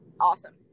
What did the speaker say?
Awesome